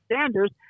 Sanders